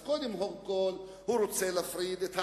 אז קודם כול הוא רוצה להפריד את הערבים,